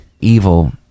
evil